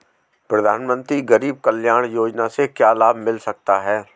प्रधानमंत्री गरीब कल्याण योजना से क्या लाभ मिल सकता है?